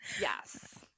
Yes